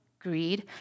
greed